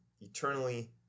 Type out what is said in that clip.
Eternally